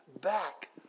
back